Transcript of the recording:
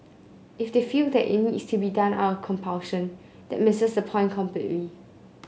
if they feel that it needs to be done out of compulsion this misses the point completely